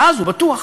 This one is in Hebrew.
ואז הוא בטוח.